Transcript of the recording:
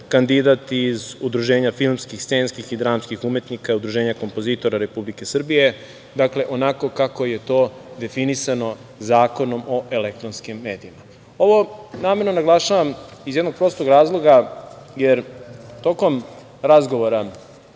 kandidat iz Udruženja filmskih, scenskih i dramskih umetnika Udruženja kompozitora Republike Srbije. Dakle, onako kako je to definisano Zakonom o elektronskim medijima. Ovo namerno naglašavam iz jednog prostog razloga jer tokom razgovora